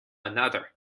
another